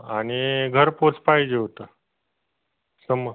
आणि घरपोच पाहिजे होतं तर मग